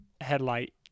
Headlight